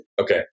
okay